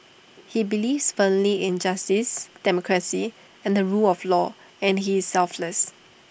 he believes firmly in justice democracy and the rule of law and he is selfless